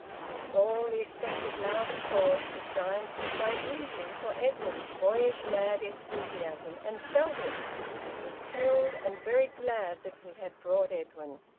amid all the expected loud applause the giant looked naively for edwin's boyish mad enthusiasm, and felt it and was thrilled, and very glad that he had brought edwin.